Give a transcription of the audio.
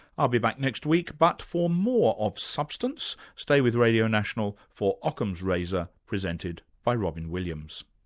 i'll be back next week but for more of substance stay with radio national for ockham's razor presented by robyn williams